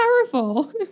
powerful